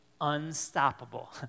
unstoppable